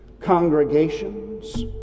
congregations